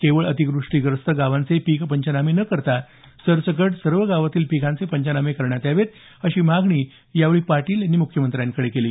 केवळ अतिव्रष्टीग्रस्त गावांचे पिक पंचनामे न करता सरसकट सर्व गावातील पिकांचे पंचनामे करण्यात यावेत अशी मागणीही यावेळी आमदार पाटील यांनी मुख्यमत्र्यांकडे केली